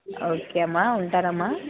okay అమ్మా ఉంటానమ్మా